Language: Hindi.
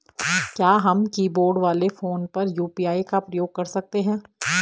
क्या हम कीबोर्ड वाले फोन पर यु.पी.आई का प्रयोग कर सकते हैं?